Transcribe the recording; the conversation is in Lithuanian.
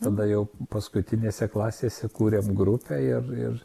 tada jau paskutinėse klasėse kūrėm grupę ir ir